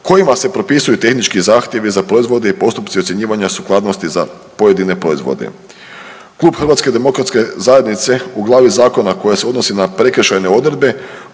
kojima se propisuju tehnički zahtjevi za proizvode i postupci ocjenjivanja sukladnosti za pojedine proizvode. Klub Hrvatske demokratske zajednice u glavi zakona koji se odnosi za prekršajne odredbe